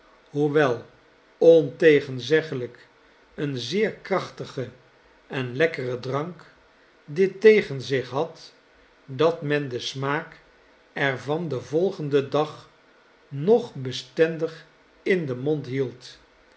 hoewel ontegenzeggelijk een zeer krachtige en lekkere drank dit tegen zich had dat men den smaak er van den volgenden dag nog bestendig in den mond hield